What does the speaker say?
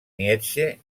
nietzsche